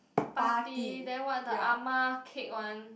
party then what the Ah-Ma cake one